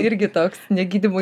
irgi toks ne gydymo